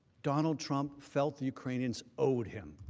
donald trump felt ukrainians owed him.